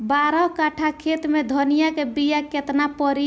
बारह कट्ठाखेत में धनिया के बीया केतना परी?